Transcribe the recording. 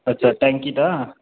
আচ্ছা ট্যাঙ্কিটা